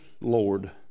Lord